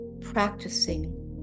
practicing